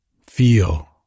Feel